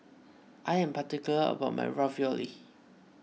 I am particular about my Ravioli